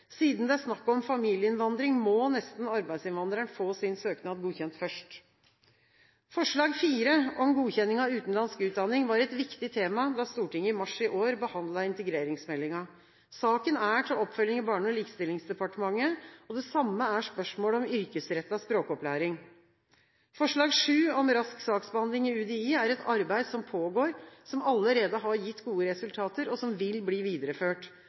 Siden det er snakk om familieinnvandring, må nesten arbeidsinnvandreren få sin søknad godkjent først. Forslag nr. 4 omhandler godkjenning av utenlandsk utdanning, og det var et viktig tema da Stortinget i mars i år behandlet integreringsmeldingen. Saken er til oppfølging i Barne- og likestillingsdepartementet. Det samme er spørsmålet om yrkesrettet språkopplæring. Forslag nr. 7 omhandler rask saksbehandling i UDI, som er et arbeid som pågår, som allerede har gitt gode resultater, og som vil bli videreført.